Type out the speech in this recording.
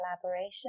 collaboration